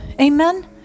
amen